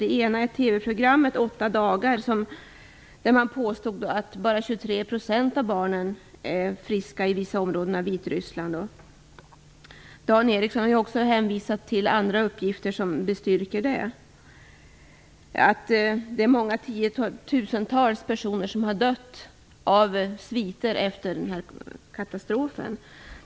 Den ena är TV-programmet 8 dagar, där man påstod att bara 23 % av barnen i vissa områden av Vitryssland är friska. Dan Ericsson har hänvisat till andra uppgifter, som bestyrker detta och som säger att många tiotusental personer har dött i sviter av katastrofen.